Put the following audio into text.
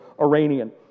Iranian